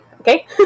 Okay